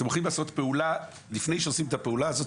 אתם הולכים לעשות פעולה לפני שעושים את הפעולה הזאת,